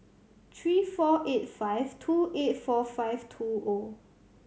three four eight five two eight four five two O